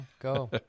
Go